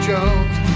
Jones